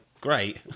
great